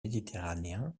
méditerranéen